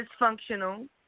dysfunctional